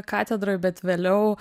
katedroj bet vėliau